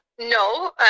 No